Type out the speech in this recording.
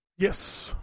Yes